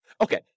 Okay